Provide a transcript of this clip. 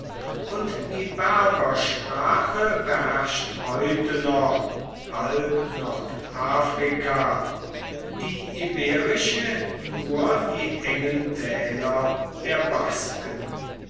und die berbersprache beherrscht heute noch halb nordafrika die iberische nur die engen täler der basken